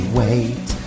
wait